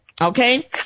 okay